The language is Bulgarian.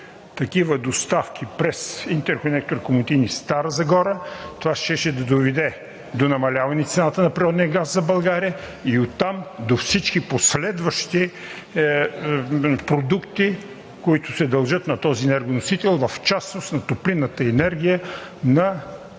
такива доставки през интерконектор „Комотини – Стара Загора“, това щеше да доведе до намаляване на цената на природния газ за България и оттам до всички последващи продукти, които се дължат на този енергоносител, в частност на топлинната енергия на публичното